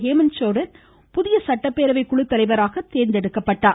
ஹேமந்த் சோரன் புதிய சட்டப்பேரவை குழுத்தலைவராக தேர்ந்தெடுக்கப்படுகிறார்